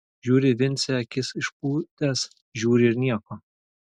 žiūri vincė akis išpūtęs žiūri ir nieko